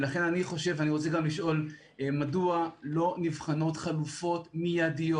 ולכן אני רוצה גם לשאול: מדוע לא נבחנות חלופות מיידיות?